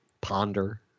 ponder